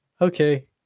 okay